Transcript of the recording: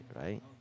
right